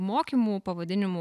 mokymų pavadinimu